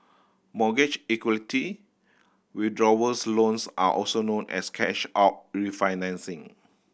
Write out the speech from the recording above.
mortgage equity withdrawals loans are also known as cash out refinancing